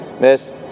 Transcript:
Miss